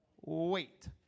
Wait